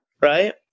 right